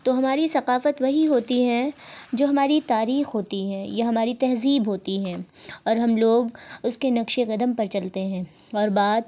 تو ہماری ثقافت وہی ہوتی ہے جو ہماری تاریخ ہوتی ہے یا ہماری تہذیب ہوتی ہیں اور ہم لوگ اس کے نقشِ قدم پر چلتے ہیں اور بات